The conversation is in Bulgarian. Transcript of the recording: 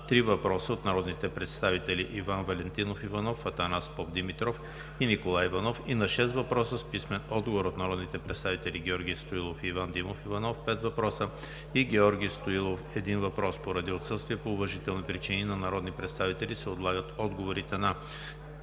три въпроса от народните представители Иван Валентинов Иванов; Атанас Попдимитров; и Николай Иванов; и на шест въпроса с писмен отговор от народните представители Георги Стоилов и Иван Димов Иванов – пет въпроса; и Георги Стоилов – един въпрос. Поради отсъствие по уважителни причини на народни представители се отлагат отговорите на: